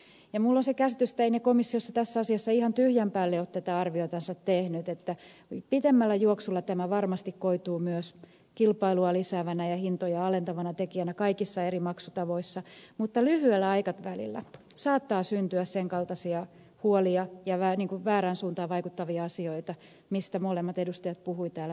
minulla on se käsitys että eivät ne komissiossa tässä asiassa ihan tyhjän päälle ole tätä arviotansa tehneet pitemmällä juoksulla tämä varmasti näkyy myös kilpailua lisäävänä ja hintoja alentavana tekijänä kaikissa eri maksutavoissa mutta lyhyellä aikavälillä saattaa syntyä sen kaltaisia huolia ja väärään suuntaan vaikuttavia asioita mistä molemmat edustajat puhuivat täällä viisaasti